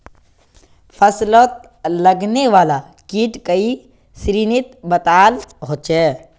फस्लोत लगने वाला कीट कई श्रेनित बताल होछे